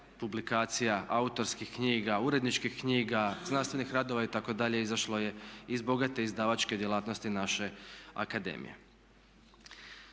publikacija, autorskih knjiga, uredničkih knjiga, znanstvenih radova itd. izašlo je iz bogate izdavačke djelatnosti naše akademije.